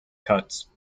cuts